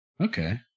Okay